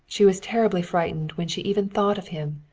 she was terribly frightened when she even thought of him.